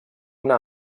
una